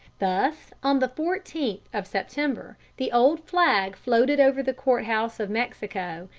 thus on the fourteenth of september the old flag floated over the court-house of mexico,